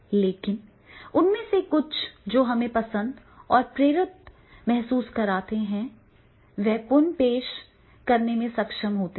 लेकिन उनमें से कुछ जो हमें पसंद और प्रेरित महसूस हुए थे वे पुन पेश करने में सक्षम हैं